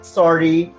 sorry